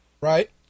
Right